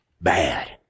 Bad